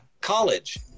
college